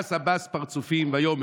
ויעש עבאס פרצופים, ויאמר: